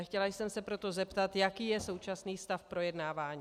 Chtěla jsem se proto zeptat, jaký je současný stav projednávání.